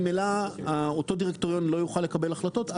ממילא אותו דירקטוריון לא יוכל לקבל החלטות.